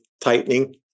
tightening